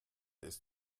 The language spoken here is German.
ist